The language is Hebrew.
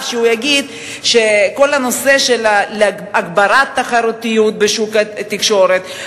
שיגיד שכל הנושא של הגברת התחרותיות בשוק התקשורת,